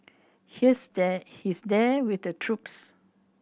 here there he's there with the troops